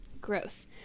Gross